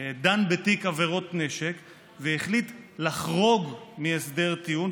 דן בתיק עבירות נשק והחליט לחרוג מהסדר טיעון,